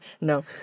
No